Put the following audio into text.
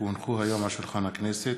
כי הונחו היום על שולחן הכנסת,